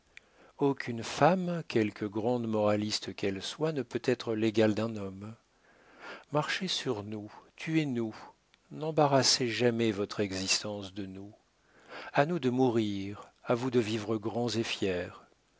aucune femme quelque grande moraliste qu'elle soit ne peut être l'égale d'un homme marchez sur nous tuez nous n'embarrassez jamais votre existence de nous a nous de mourir à vous de vivre grands et fiers